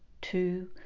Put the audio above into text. two